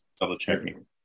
double-checking